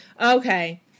Okay